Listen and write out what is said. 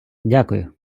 дякую